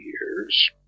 years